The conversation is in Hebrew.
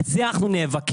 על זה אנחנו נאבקים,